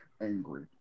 angry